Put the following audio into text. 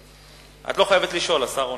את לא חייבת לשאול, השר עונה.